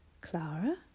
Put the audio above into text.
Clara